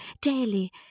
daily